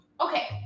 Okay